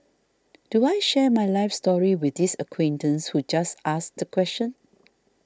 do I share my life story with this acquaintance who just asked the question